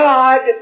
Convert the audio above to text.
God